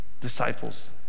disciples